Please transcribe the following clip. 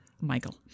Michael